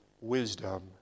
wisdom